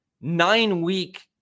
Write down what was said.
nine-week